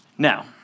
Now